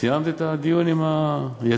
סיימתְ את הדיון עם היציע?